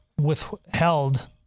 withheld